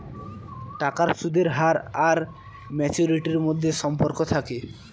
টাকার সুদের হার আর ম্যাচুরিটির মধ্যে সম্পর্ক থাকে